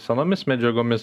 senomis medžiagomis